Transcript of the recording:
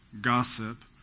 gossip